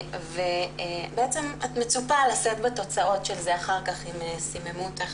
את מצופה לשאת בתוצאות של זה אחר כך אם סיממו אותך